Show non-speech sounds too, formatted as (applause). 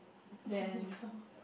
(breath) Uniqlo